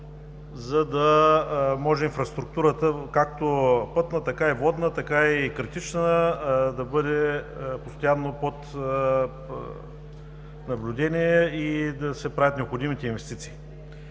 за да може инфраструктурата – както пътна, така и водна, така и критична, да бъде постоянно под наблюдение и да се правят необходимите инвестиции.